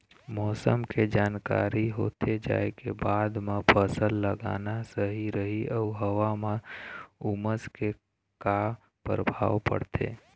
मौसम के जानकारी होथे जाए के बाद मा फसल लगाना सही रही अऊ हवा मा उमस के का परभाव पड़थे?